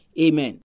Amen